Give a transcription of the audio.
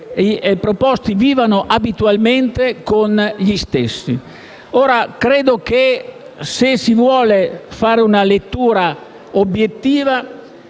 i proposti vivano abitualmente con gli stessi». Ora, credo che se si vuole fare una lettura obiettiva